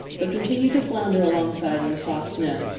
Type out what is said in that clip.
but continued to flounder alongside in the soft snow,